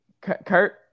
Kurt